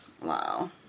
Wow